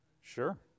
Sure